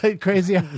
Crazy